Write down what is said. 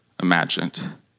imagined